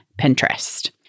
Pinterest